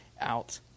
out